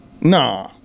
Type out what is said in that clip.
nah